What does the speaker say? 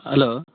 hello